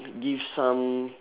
gives some